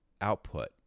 output